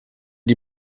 die